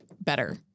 better